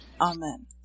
Amen